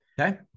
Okay